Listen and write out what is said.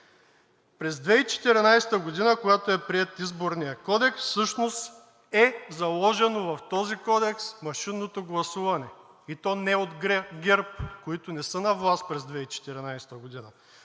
През 2014 г., когато е приет Изборният кодекс, всъщност е заложено в този кодекс машинното гласуване, и то не от ГЕРБ, които не са на власт през 2014 г.,